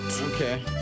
Okay